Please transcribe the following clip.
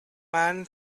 man